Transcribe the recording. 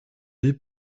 les